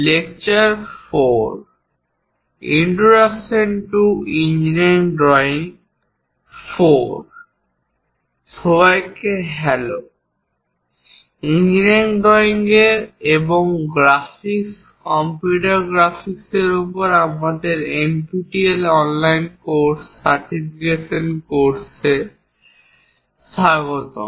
V সবাইকে hello engineering drawing এবং graphics computer গ্রাফিক্সের উপর আমাদের NPTEL অনলাইন সার্টিফিকেশন কোর্সে স্বাগতম